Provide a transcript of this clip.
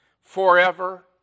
forever